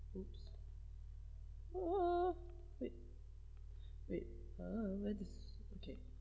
!oops! ah wait wait ha where this okay